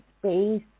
space